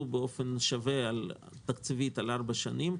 תקציבית באופן שווה על פני ארבע שנים,